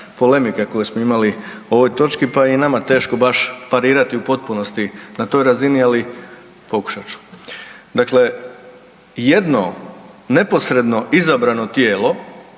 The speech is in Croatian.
polemika, koje smo imali o ovoj točki, pa je i nama teško baš parirati u potpunosti na toj razini, ali pokušat ću. Dakle, jedno neposredno izabrano tijelo,